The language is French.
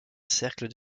cercle